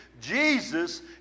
Jesus